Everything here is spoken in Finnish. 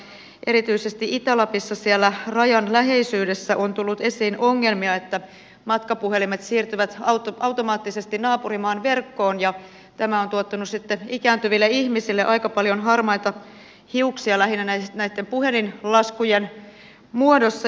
mutta erityisesti itä lapissa siellä rajan läheisyydessä on tullut esiin ongelmia että matkapuhelimet siirtyvät automaattisesti naapurimaan verkkoon ja tämä on tuottanut sitten ikääntyville ihmisille aika paljon harmaita hiuksia lähinnä näitten puhelinlaskujen muodossa